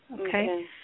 Okay